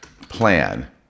plan